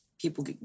people